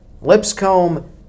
Lipscomb